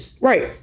Right